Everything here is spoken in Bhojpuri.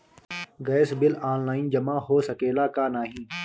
गैस बिल ऑनलाइन जमा हो सकेला का नाहीं?